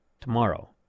tomorrow